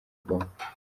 obama